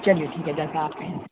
چلیے ٹھیک ہے جیسا آپ کہیں